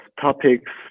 topics